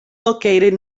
located